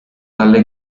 dalle